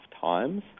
times